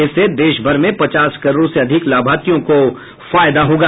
इससे देशभर में पचास करोड़ से अधिक लाभार्थियों को फायदा होगा